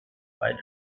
beide